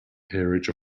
peerage